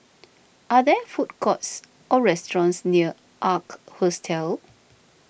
are there food courts or restaurants near Ark Hostel